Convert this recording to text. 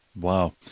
Wow